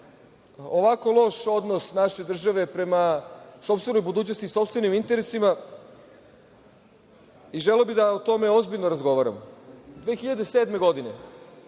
ovako loš odnos naše države prema sopstvenoj budućnosti i sopstvenim interesima i želeo bih da o tome ozbiljno razgovaramo. Godine